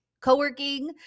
co-working